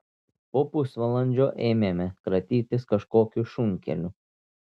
po pusvalandžio ėmėme kratytis kažkokiu šunkeliu